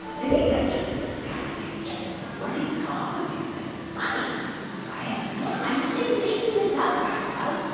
mindy, that's just disgusting yep where do you come up with these things? science science? yeah. i'm not even making this up, guy raz.